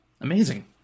Amazing